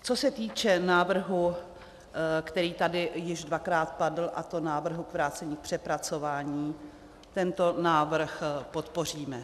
Co se týče návrhu, který tady již dvakrát padl, a to návrhu vrácení k přepracování, tento návrh podpoříme.